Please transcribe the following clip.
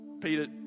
Peter